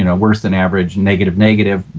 you know worse than average negative negative,